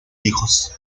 hijos